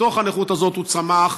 מתוך הנכות הזאת הוא צמח,